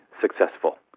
successful